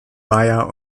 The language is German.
bayer